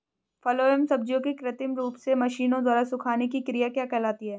फलों एवं सब्जियों के कृत्रिम रूप से मशीनों द्वारा सुखाने की क्रिया क्या कहलाती है?